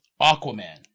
Aquaman